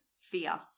fear